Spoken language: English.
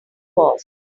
was